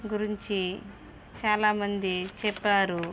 గురించి చాలామంది చెప్పారు